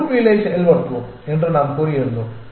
rule வீலை செயல்படுத்துவோம் என்று நாம் கூறியிருந்தோம்